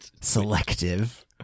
selective